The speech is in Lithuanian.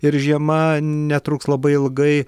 ir žiema netruks labai ilgai